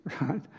right